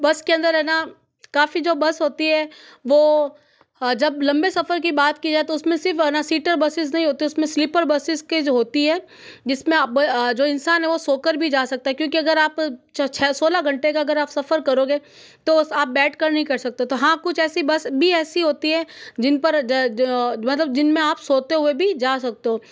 बस के अंदर है ना काफ़ी जो बस होती है वो जब लंबे सफ़र की बात की जाए तो उसमें सिर्फ़ है ना सीटर बसेस नहीं होती उसमें स्लीपर बसेस के जो होती है जिसमें ब जो इंसान है वो सो कर भी जा सकता है क्योंकि अगर आप छः सोलह घंटे का अगर आप सफ़र करोगे तो आप बैठकर नहीं कर सकते तो हाँ कुछ ऐसी बस भी ऐसी होती है जिन पर मतलब जिनमें आप सोते हुए भी जा सकते हो